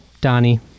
Donnie